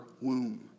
womb